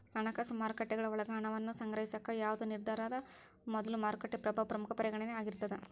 ಹಣಕಾಸು ಮಾರುಕಟ್ಟೆಗಳ ಒಳಗ ಹಣವನ್ನ ಸಂಗ್ರಹಿಸಾಕ ಯಾವ್ದ್ ನಿರ್ಧಾರದ ಮೊದಲು ಮಾರುಕಟ್ಟೆ ಪ್ರಭಾವ ಪ್ರಮುಖ ಪರಿಗಣನೆ ಆಗಿರ್ತದ